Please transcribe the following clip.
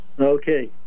Okay